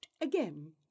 again